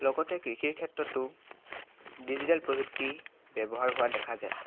লগতে কৃষিৰ ক্ষেত্ৰতো ডিজিটেল প্ৰযুক্তি ব্যৱহাৰ হোৱা দেখা যায়